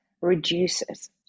reduces